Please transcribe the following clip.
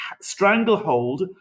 stranglehold